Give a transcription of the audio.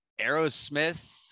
Aerosmith